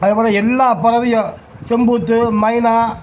அதுபோல எல்லா பறவையும் செம்பூத்து மைனா